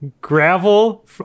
gravel